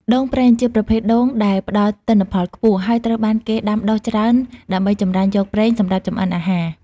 ដូងប្រេង ជាប្រភេទដូងដែលផ្តល់ទិន្នផលខ្ពស់ ហើយត្រូវបានគេដាំដុះច្រើនដើម្បីចម្រាញ់យកប្រេង សម្រាប់ចម្អិនអាហារ។